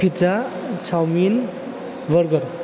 pizza chow mein burger